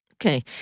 Okay